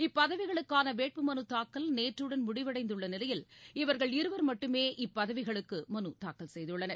இப்பதவிகளுக்காளவேட்புமனுதாக்கல் நேற்றுடன் முடிவடைந்துள்ளநிலையில் இவர்கள் இருவர் மட்டுமே இப்பதவிகளுக்குமதுதாக்கல் செய்துள்ளனர்